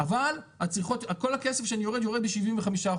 אבל כל הכסף שאני עובד יורד ב-75%.